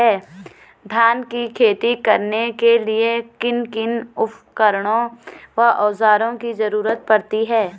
धान की खेती करने के लिए किन किन उपकरणों व औज़ारों की जरूरत पड़ती है?